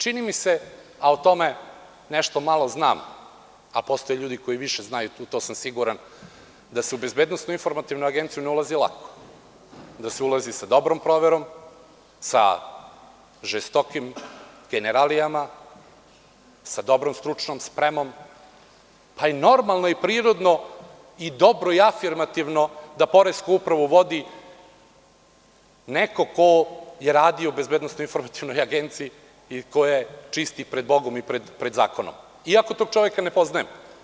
Čini mi se, a o tome nešto malo znam, a postoje ljudi koji više znaju o tome, u to sam siguran, da se u BIA-u ne ulazi lako, da se ulazi sa dobrom proverom, sa žestokim generalijama, sa dobrom stručnom spremom, tako da je normalno i prirodno, i dobro i afirmativno, da Poresku upravu vodi neko ko je radio u BIA i ko je čist i pred bogom i pred zakonom, iako tog čoveka ne poznajem.